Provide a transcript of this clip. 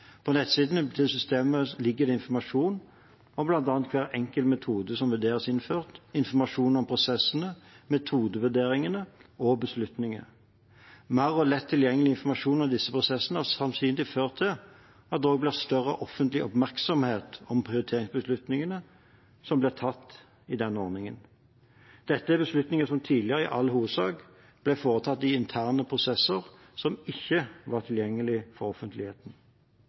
På nettsidene til systemet ligger det informasjon om bl.a. hver enkelt metode som vurderes innført – informasjon om prosessene, metodevurderingene og beslutningene. Mer og lett tilgjengelig informasjon om disse prosessene har sannsynligvis ført til at det også blir større offentlig oppmerksomhet om prioriteringsbeslutningene som blir tatt i denne ordningen. Dette er beslutninger som tidligere i all hovedsak ble foretatt i interne prosesser som ikke var tilgjengelige for offentligheten.